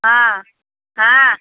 আ হা